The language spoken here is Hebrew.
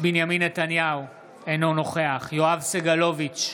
בנימין נתניהו, אינו נוכח יואב סגלוביץ'